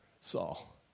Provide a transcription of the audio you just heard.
Saul